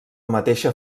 mateixa